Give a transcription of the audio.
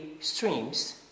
streams